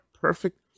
perfect